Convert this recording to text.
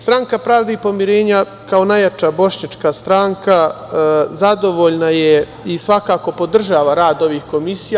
Stranka pravde i pomirenja, kao najjača bošnjačka stranka, zadovoljna je i svakako podržava rad ovih komisija.